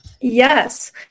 Yes